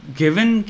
given